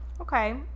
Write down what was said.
Okay